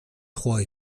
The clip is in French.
trois